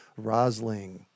Rosling